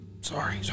sorry